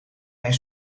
mijn